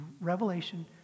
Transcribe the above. Revelation